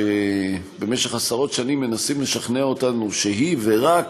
שבמשך עשרות שנים מנסים לשכנע אותנו שהיא ורק